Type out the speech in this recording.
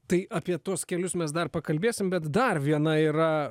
tai apie tuos kelius mes dar pakalbėsim bet dar viena yra